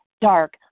dark